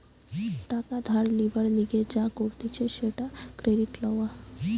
টাকা ধার লিবার লিগে যা করতিছে সেটা ক্রেডিট লওয়া